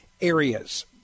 areas